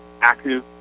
active